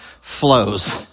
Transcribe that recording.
flows